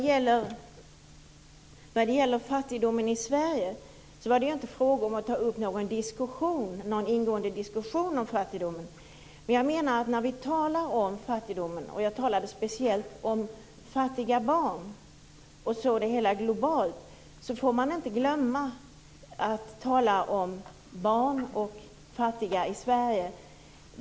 Herr talman! Jag menade inte att vi skulle ta upp någon ingående diskussion om fattigdomen i Sverige. Men när vi talar om fattigdomen - och jag talade speciellt om fattiga barn i ett globalt perspektiv - får vi inte glömma att tala om barn och fattiga i Sverige.